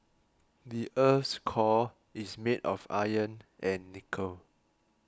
the earth's core is made of iron and nickel